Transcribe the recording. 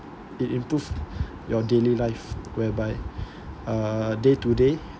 it improve your daily life whereby uh day to day